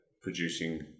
producing